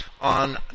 On